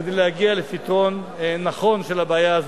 כדי להגיע לפתרון נכון של הבעיה הזאת.